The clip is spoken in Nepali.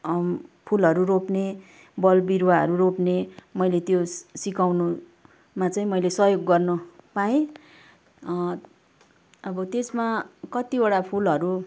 फुलहरू रोप्ने बल विरुवाहरू रोप्ने मैले त्यो सि सिकाउनुमा चाहिँ मैले सहयोग गर्नु पाएँ अब त्यसमा कतिवटा फुलहरू